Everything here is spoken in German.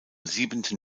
siebten